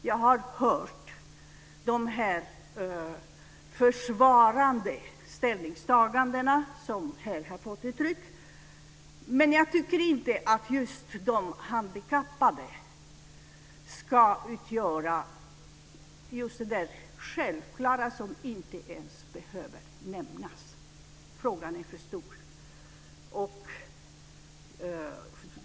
Jag har hört de försvarande ställningstagandena som här har fått komma till uttryck, men jag tycker inte att frågan om just de handikappade ska vara självklar och inte ens behöva nämnas. Frågan är för stor.